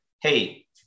Hey